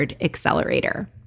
Accelerator